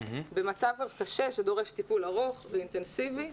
במצב קשה שדורש טיפול ארוך ואינטנסיבי,